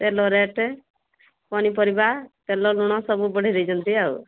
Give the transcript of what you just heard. ତେଲ ରେଟ୍ ପନିପରିବା ତେଲ ଲୁଣ ସବୁ ବଢ଼େଇ ଦେଇଛନ୍ତି ଆଉ